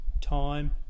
time